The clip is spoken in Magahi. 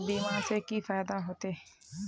बीमा से की फायदा होते?